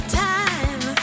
time